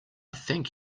thank